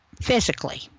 physically